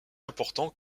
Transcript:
importants